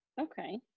Okay